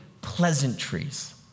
pleasantries